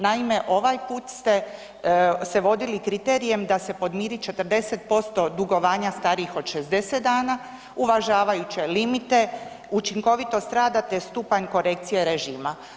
Naime, ovaj put ste se vodili kriterijem da se podmiri 40% dugovanja starijih od 60 dana, uvažavajuće limite, učinkovitost rada te stupanj korekcije režima.